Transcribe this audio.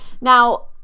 Now